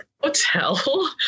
hotel